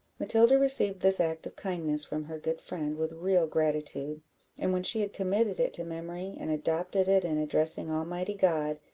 matilda received this act of kindness from her good friend with real gratitude and when she had committed it to memory, and adopted it in addressing almighty god,